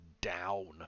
down